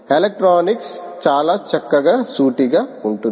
electronics చాలా చక్కగా సూటిగా ఉంటుంది